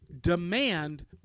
demand